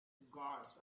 guards